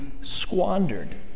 squandered